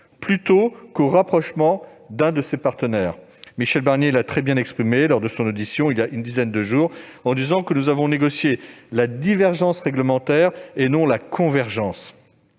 plutôt qu'au rapprochement de l'un de ses partenaires. Michel Barnier l'a très bien exprimé lors de sa récente audition, en déclarant que nous avons négocié la divergence réglementaire et non la convergence.